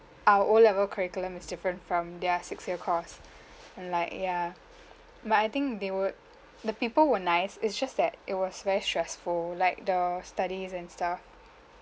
our o level curriculum is different from their six-year course and like ya but I think they were the people were nice it's just that it was very stressful like the studies and stuff